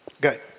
Good